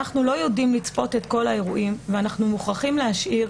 אנחנו לא יודעים לצפות את כל האירועים ואנחנו מוכרחים להשאיר